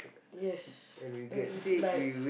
yes and like